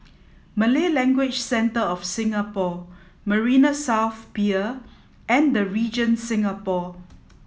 Malay Language Centre of Singapore Marina South Pier and The Regent Singapore